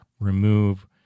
remove